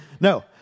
no